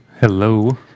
Hello